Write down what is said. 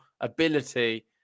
ability